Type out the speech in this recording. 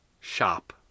shop